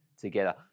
together